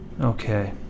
Okay